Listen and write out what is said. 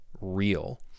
real